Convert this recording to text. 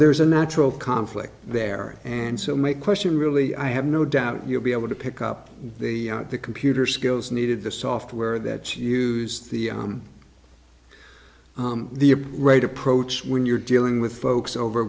there's a natural conflict there and so may question really i have no doubt you'll be able to pick up the computer skills needed the software that you use the the right approach when you're dealing with folks over